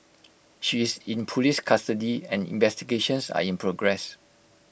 she is in Police custody and investigations are in progress